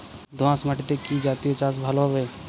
দোয়াশ মাটিতে কি জাতীয় চাষ ভালো হবে?